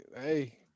Hey